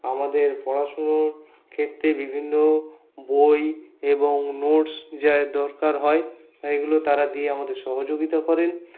আমাদের পড়াশোনার ক্ষেত্রে বিভিন্ন বই এবং নোটস্ যাই দরকার হয় এগুলো তারা দিয়ে আমাদের সহযোগিতা করেন